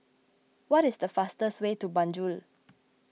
what is the fastest way to Banjul